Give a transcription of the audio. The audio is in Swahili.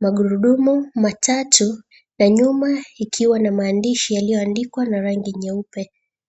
magurudumu matatu na nyuma ikiwa na maandishi yaliyoandikwa na rangi nyeupe.